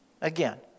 Again